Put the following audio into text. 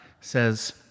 Says